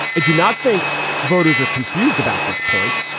do not think voters are confused about this point.